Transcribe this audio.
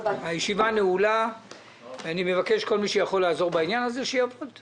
הישיבה ננעלה בשעה 14:50.